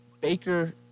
Baker